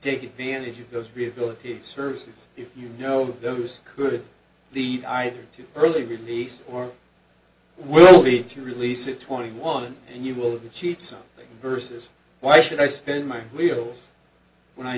take advantage of those rehabilitative services if you know those could lead either to early release or will be to release it twenty one and you will be cheats versus why should i spin my wheels when i